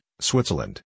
Switzerland